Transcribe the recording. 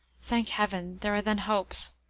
thank heaven! there are then hopes.